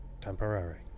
temporary